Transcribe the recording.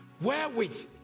wherewith